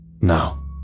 Now